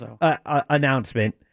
announcement